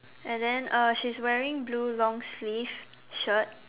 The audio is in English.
and then uh she is wearing blue long sleeve shirt